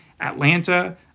Atlanta